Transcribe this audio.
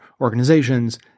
organizations